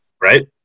right